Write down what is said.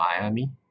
Miami